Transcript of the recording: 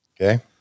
Okay